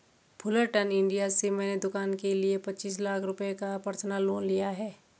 Fullerton India से मैंने दूकान के लिए पचीस लाख रुपये का पर्सनल लोन लिया है